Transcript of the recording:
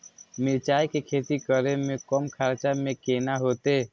मिरचाय के खेती करे में कम खर्चा में केना होते?